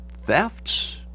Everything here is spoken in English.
thefts